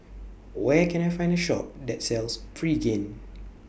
Where Can I Find A Shop that sells Pregain